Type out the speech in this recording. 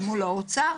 מול האוצר.